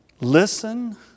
Listen